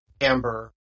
Amber